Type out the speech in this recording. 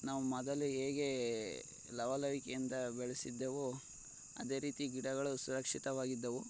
ನಾವು ಮೊದಲು ಹೇಗೆ ಲವಲವಿಕೆಯಿಂದ ಬೆಳೆಸಿದ್ದೆವೋ ಅದೇ ರೀತಿ ಗಿಡಗಳು ಸುರಕ್ಷಿತವಾಗಿದ್ದವು